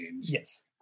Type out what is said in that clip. Yes